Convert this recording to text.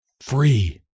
Free